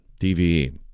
DVE